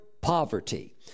poverty